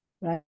right